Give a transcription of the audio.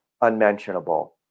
unmentionable